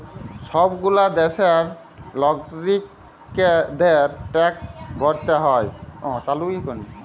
সব গুলা দ্যাশের লাগরিকদের ট্যাক্স ভরতে হ্যয়